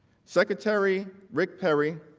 secretary rick perry.